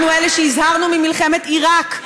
אנחנו אלה שהזהרנו ממלחמת עיראק,